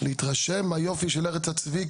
להתרשם מהיופי של ארץ הצבי,